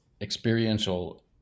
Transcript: experiential